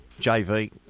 JV